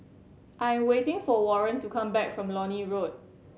I'm waiting for Warren to come back from Lornie Walk